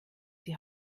die